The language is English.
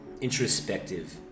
introspective